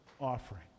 offering